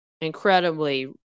incredibly